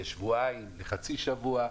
לשבועיים, לחצי שבוע,